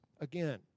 Again